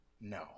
No